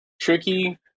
Tricky